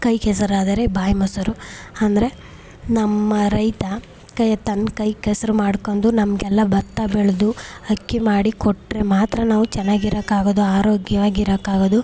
ಕೈ ಕೆಸರಾದರೆ ಬಾಯಿ ಮೊಸರು ಅಂದರೆ ನಮ್ಮ ರೈತ ಕ ತನ್ನ ಕೈ ಕೆಸರು ಮಾಡ್ಕೊಂಡು ನಮಗೆಲ್ಲಾ ಭತ್ತ ಬೆಳೆದು ಅಕ್ಕಿ ಮಾಡಿ ಕೊಟ್ಟರೆ ಮಾತ್ರ ನಾವು ಚೆನ್ನಾಗಿರೋಕೆ ಆಗೋದು ಆರೋಗ್ಯವಾಗಿ ಇರೋಕ್ಕಾಗೋದು